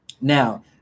Now